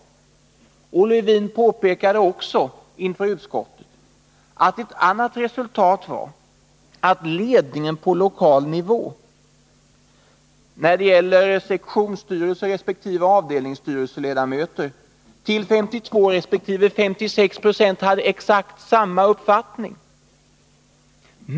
Leif Lewin påpekade också inför utskottet att ett annat resultat var, att ledningen på lokal nivå när det gäller sektionsstyrelseoch avdelningsstyrelseledamöter till 52 resp. 56 Yo hade exakt samma uppfattning.